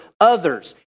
others